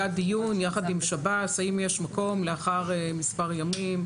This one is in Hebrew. היה דיון יחד עם שב"ס האם יש מקום לאחר מספר ימים,